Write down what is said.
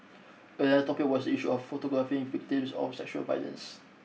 another topic was issue of photographing victims of sexual violence